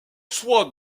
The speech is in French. soi